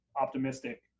optimistic